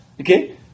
Okay